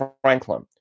Franklin